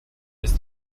ist